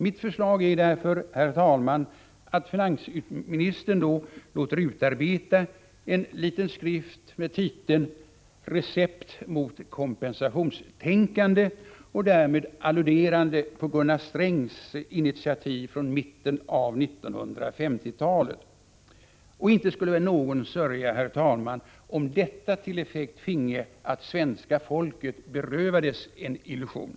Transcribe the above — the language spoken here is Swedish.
Mitt förslag är därför, herr talman, att finansministern låter utarbeta en liten skrift med titeln Recept mot kompensationstänkande, därmed alluderande på Gunnar Strängs initiativ från mitten av 1950-talet. Och inte skulle väl någon sörja, herr talman, om detta till effekt finge att svenska folket berövades en illusion!